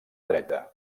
dreta